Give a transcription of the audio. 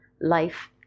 life